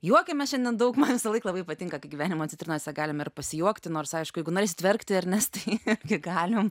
juokiamės šiandien daug man visąlaik labai patinka kai gyvenimo citrinose galim ir pasijuokti nors aišku jeigu norėsit verkti ernestai irgi galim